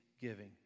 giving